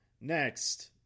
next